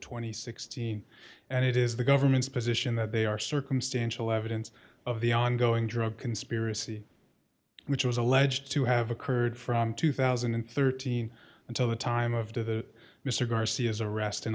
and sixteen and it is the government's position that they are circumstantial evidence of the ongoing drug conspiracy which was alleged to have occurred from two thousand and thirteen until the time of the mr garcia's arrest in